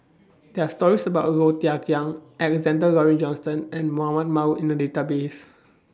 There Are stories about Low Thia Khiang Alexander Laurie Johnston and Mahmud Ahmad in The Database